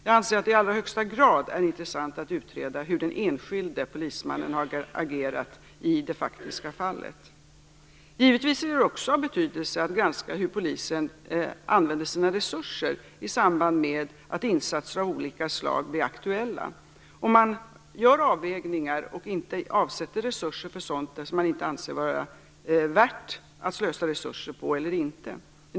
Jag anser att det i allra högsta grad är intressant att utreda hur den enskilde polismannen har agerat i det faktiska fallet. Givetvis är det också av betydelse att granska hur polisen använder sina resurser i samband med att insatser av olika slag blir aktuella, och om man gör avvägningar och inte avsätter resurser för sådant som man inte anser vara värt att slösa resurser på, eller om så inte sker.